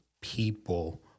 people